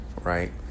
right